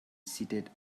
seated